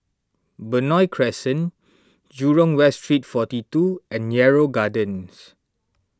Benoi Crescent Jurong West Street forty two and Yarrow Gardens